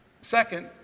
Second